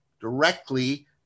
directly